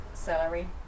celery